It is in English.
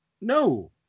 no